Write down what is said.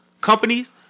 companies